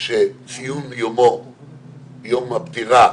שציון יום הפטירה